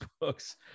books